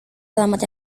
alamat